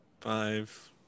Five